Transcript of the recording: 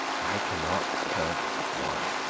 i cannot count one.